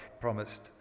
promised